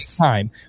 time